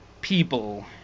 people